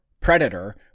Predator